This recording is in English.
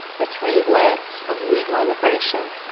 the three legs of legal immigration,